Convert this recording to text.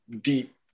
deep